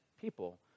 people